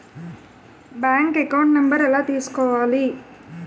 Bank account number ఎలా తీసుకోవాలి?